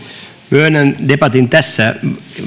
myönnän debatin tässä